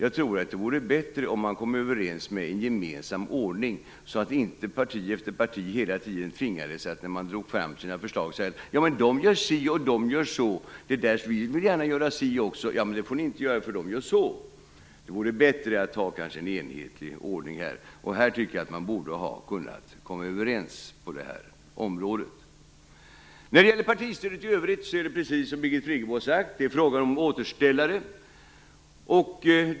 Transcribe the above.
Jag tror att det vore bättre om man kom överens om en gemensam ordning, så att inte parti efter parti när man drog fram sina förslag hela tiden tvingades säga: Men de gör si och de gör så, vi vill gärna göra si också. Men det får ni inte göra, för de gör så. Det vore bättre att ha en enhetlig ordning. När det gäller partistödet i övrigt är det, precis som Birgit Friggebo har sagt, fråga om återställare.